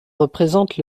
représente